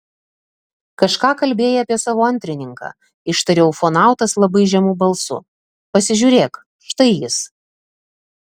kažką kalbėjai apie savo antrininką ištarė ufonautas labai žemu balsu pasižiūrėk štai jis